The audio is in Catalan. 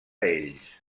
ells